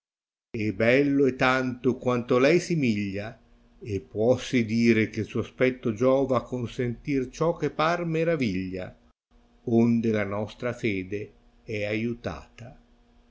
e bello è tanto quanto lei simiglia e puossi dire che suo aspetto giova a consentir ciò che par iperaviglia onde la nostra fede è aiutata